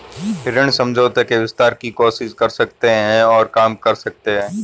ऋण समझौते के विस्तार की कोशिश कर सकते हैं और काम कर सकते हैं